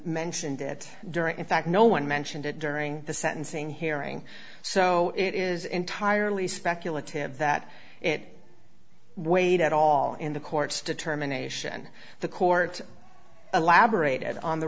mentioned it during in fact no one mentioned it during the sentencing hearing so it is entirely speculative that it weighed at all in the court determination the court elaborated on the